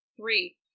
three